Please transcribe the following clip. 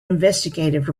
investigative